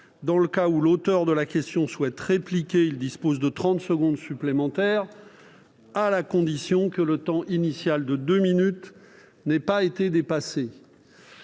Dans le cas où l'auteur de la question souhaite répliquer, il dispose de trente secondes supplémentaires, à la condition que le temps initial de deux minutes n'ait pas été dépassé.